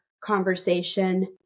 conversation